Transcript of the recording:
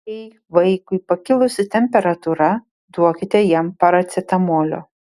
jei vaikui pakilusi temperatūra duokite jam paracetamolio